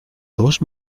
dos